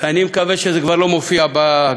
אני מקווה שזה כבר לא מופיע בהגדרה.